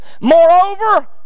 Moreover